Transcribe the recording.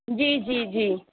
جی جی جی